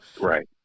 right